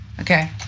Okay